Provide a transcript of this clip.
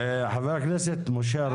אז הם יבקשו --- חבר הכנסת משה ארבל,